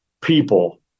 people